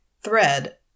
thread